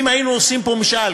אם היינו עושים פה משאל,